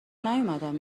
نیومدم